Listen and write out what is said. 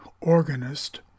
organist